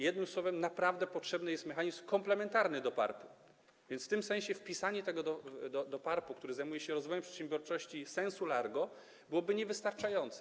Jednym słowem naprawdę potrzebny jest mechanizm komplementarny do PARP-u, więc w tym sensie wpisanie tego do zadań PARP-u, który zajmuje się rozwojem przedsiębiorczości sensu largo, byłoby niewystarczające.